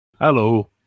Hello